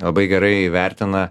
labai gerai įvertina